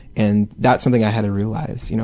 and that's something i had to realize. you know